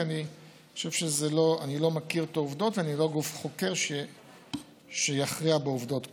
כי אני לא מכיר את העובדות ואני לא גוף חוקר שיכריע בעובדות כאלה.